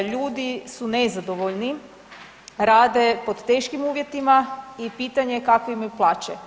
Ljudi su nezadovoljni, rade pod teškim uvjetima i pitanje je kakve imaju plaće.